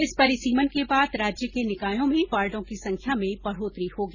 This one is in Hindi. इस परिसीमन के बाद राज्य के निकायों में वार्डो की संख्या में बढोतरी होगी